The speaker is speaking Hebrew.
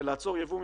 ולעצור ייבוא,